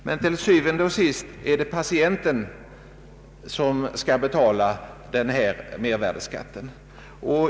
Men til syvende og sidst är det ändå patienten som skall betala mervärdeskatten.